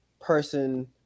person